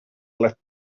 left